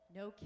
no